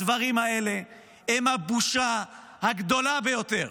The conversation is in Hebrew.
הדברים האלה הם הבושה הגדולה ביותר,